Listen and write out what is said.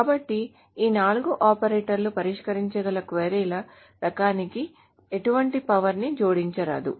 కాబట్టి ఈ నాలుగు ఆపరేటర్లు పరిష్కరించగల క్వరీ ల రకానికి ఎటువంటి పవర్ ని జోడించరదు